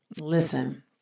Listen